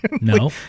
No